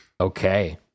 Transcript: okay